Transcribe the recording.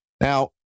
now